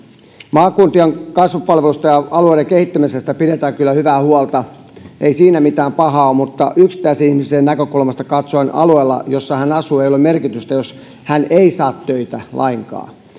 maakuntien kasvupalveluista ja alueiden kehittämisestä pidetään kyllä hyvää huolta ei siinä mitään pahaa ole mutta yksittäisen ihmisen näkökulmasta katsoen alueella jossa hän asuu ei ole merkitystä jos hän ei saa töitä lainkaan